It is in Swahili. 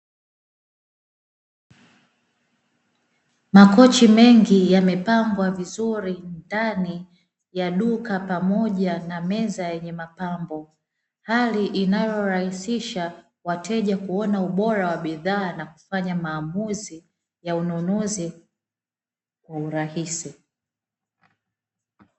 Makochi mengi yamepambwa vizuri ndani ya duka pamoja na meza yenye mapambo, hali inayorahisisha wateja kuona ubora wa bidhaa na kufanya maamuzi ya ununuzi kwa urahisi.